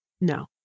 no